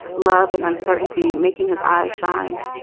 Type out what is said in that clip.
love and uncertainty. making his eyes shine.